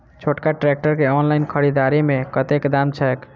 छोटका ट्रैक्टर केँ ऑनलाइन खरीददारी मे कतेक दाम छैक?